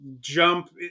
jump